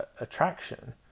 attraction